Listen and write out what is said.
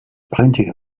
plenty